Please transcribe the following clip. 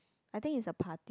I think is a party